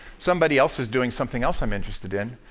somebody else is doing something else i'm interested in.